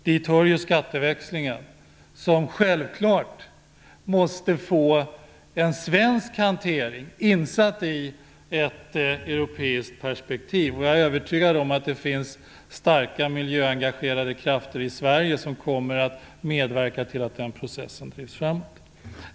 Den första är frågan om skatteväxlingen, som självfallet måste få en svensk hantering insatt i ett europeiskt perspektiv. Jag är övertygad om att det finns starka miljöengagerade krafter i Sverige som kommer att medverka till att den processen drivs framåt.